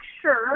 sure